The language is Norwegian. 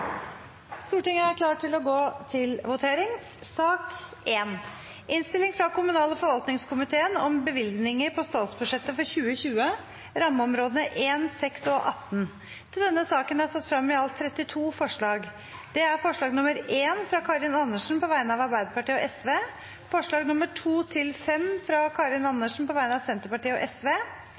Stortinget nå før jul. Flere har ikke bedt om ordet til sak nr. 7. Stortinget er klar til å gå til votering. Under debatten er det satt frem i alt 32 forslag. Det er forslag nr. 1, fra Karin Andersen på vegne av Arbeiderpartiet og Sosialistisk Venstreparti forslagene nr. 2–5, fra Karin Andersen på vegne av Senterpartiet og